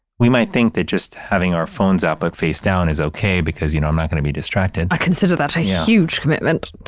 we might think just having our phones out but face down is ok because, you know, i'm not going to be distracted i consider that a huge commitment